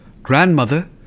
Grandmother